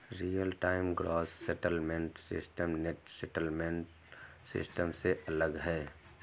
real time gross settlement system net settlement system से अलग है